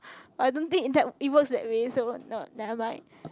I don't think that it works that way so ne~ nevermind